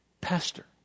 Pastor